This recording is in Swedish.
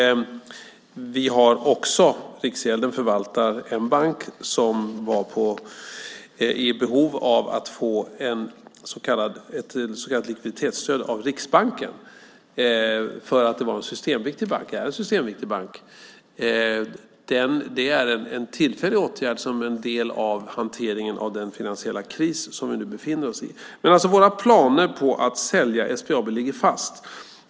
Och Riksgälden förvaltar en bank som var i behov av att få ett så kallat likviditetsstöd av Riksbanken för att det är en systemviktig bank. Det är en tillfällig åtgärd som en del av hanteringen av den finansiella kris som vi nu befinner oss i. Men våra planer på att sälja SBAB ligger fast.